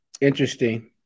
Interesting